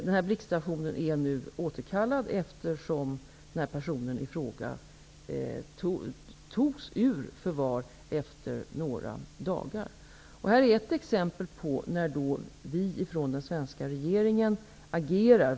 Den här blixtaktionen är nu återkallad, eftersom personen i fråga togs ur förvar efter några dagar. Detta är ett exempel på att vi ifrån den svenska regeringen agerar.